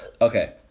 Okay